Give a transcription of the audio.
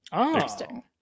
Interesting